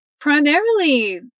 primarily